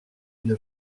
une